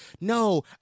No